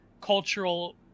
cultural